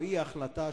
או אי-ההחלטה,